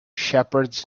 shepherds